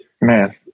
man